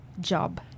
job